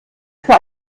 für